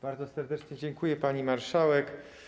Bardzo serdecznie dziękuję, pani marszałek.